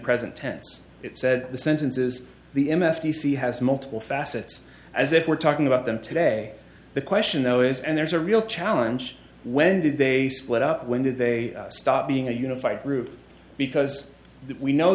present tense it said the sentences the f t c has multiple facets as it were talking about them today the question though is and there's a real challenge when did they split up when did they stop being a unified group because we know